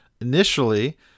initially –